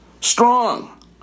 strong